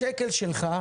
השקל שלך,